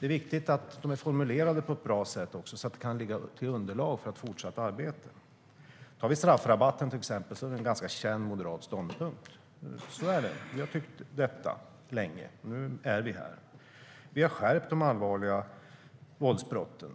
Det är viktigt att de är formulerade på ett bra sätt så att de kan utgöra underlag för fortsatt arbete. Straffrabatten är en känd moderat ståndpunkt. Vi har tyckt detta länge, och nu är vi här. Vi har skärpt straffen för de allvarliga våldsbrotten.